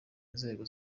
inzego